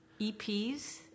EPs